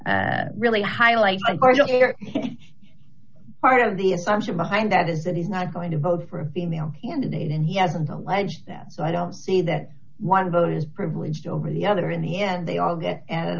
really highlight part of the assumption behind that is that he's not going to vote for a female candidate and he hasn't alleged that so i don't see that one vote is privileged over the other in the end they all get a